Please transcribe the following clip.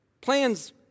plans